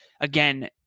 again